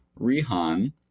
Rihan